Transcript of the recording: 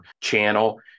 channel